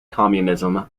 communism